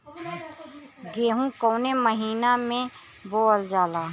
गेहूँ कवने महीना में बोवल जाला?